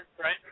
right